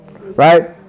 Right